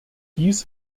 dies